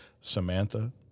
Samantha